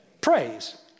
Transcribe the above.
Praise